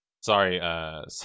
Sorry